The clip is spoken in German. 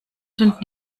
sind